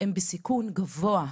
הם בסיכון גבוה.